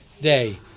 day